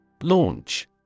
Launch